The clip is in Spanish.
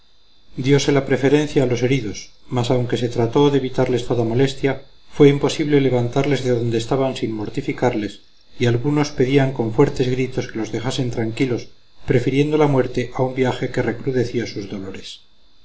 dios la preferencia a los heridos mas aunque se trató de evitarles toda molestia fue imposible levantarles de donde estaban sin mortificarles y algunos pedían con fuertes gritos que los dejasen tranquilos prefiriendo la muerte a un viaje que recrudecía sus dolores